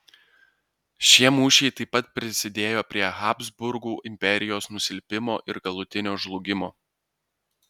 šie mūšiai taip pat prisidėjo prie habsburgų imperijos nusilpimo ir galutinio žlugimo